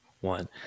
one